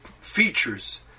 features